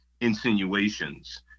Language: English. insinuations